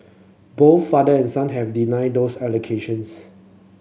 both father and son have denied those allegations